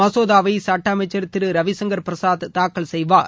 மசோதாவை சட்ட அமைச்சர் திரு ரவிசங்கள் பிரசாத் தாக்கல் செய்வார்